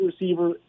receiver